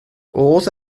oedd